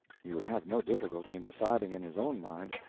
he would have no difficulty in deciding in his own mind,